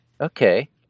Okay